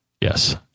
Yes